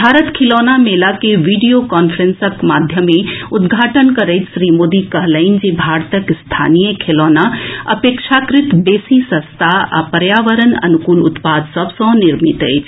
भारत खिलौना मेला के वीडियो कान्फ्रेंसक माध्यमें उद्घाटन करैत श्री मोदी कहलनि जे भारतक स्थानीय खेलौना अपेक्षाकृत बेसी सस्ता आ पर्यावरण अनुकूल उत्पाद सभ सँ निर्मित अछि